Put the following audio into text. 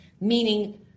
meaning